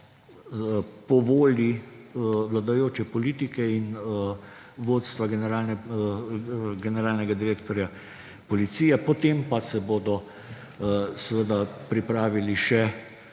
po volji vladajoče politike in vodstva generalnega direktorja policije, potem pa se bodo pripravili še